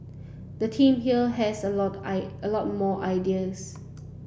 the team here has a lot eye a lot more ideas